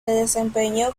desempeñó